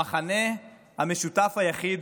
המכנה המשותף היחיד